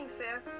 says